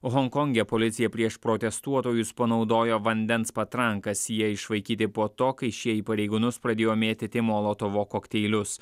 honkonge policija prieš protestuotojus panaudojo vandens patrankas jie išvaikyti po to kai šie į pareigūnus pradėjo mėtyti molotovo kokteilius